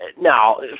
now